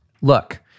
Look